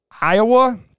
iowa